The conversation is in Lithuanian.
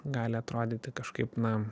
gali atrodyti kažkaip na